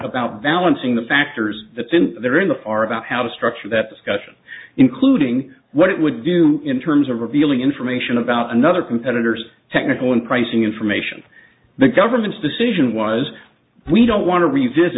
about balancing the factors that's in there in the are about how to structure that discussion including what it would do in terms of revealing information about another competitors technical and pricing information the government's decision was we don't want to